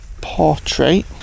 portrait